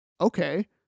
okay